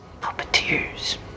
Puppeteers